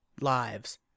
lives